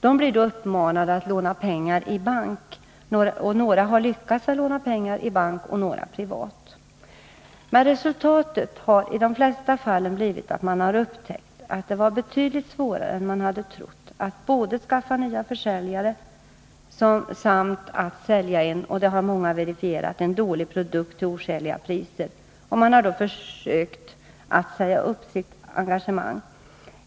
De blir då uppmanade att låna pengar. Några har lyckats låna i bank, andra privat. Men resultatet har i de flesta fall blivit att man har upptäckt att det var betydligt svårare än man hade trott, både att skaffa nya försäljare och att sälja en — vilket många har verifierat — dålig produkt till oskäliga priser. Man har då försökt att säga upp sitt engagemang.